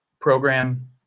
program